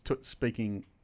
speaking